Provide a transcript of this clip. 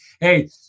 hey